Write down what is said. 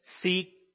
seek